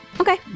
Okay